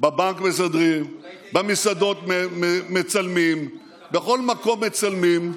בבנק מצלמים, במסעדות מצלמים, בכל מקום מצלמים.